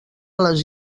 les